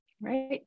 right